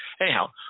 anyhow